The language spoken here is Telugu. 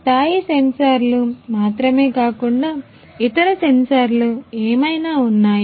స్థాయి సెన్సార్లు మాత్రమే కాకుండా ఇతర సెన్సార్లు ఏమైనా ఉన్నాయి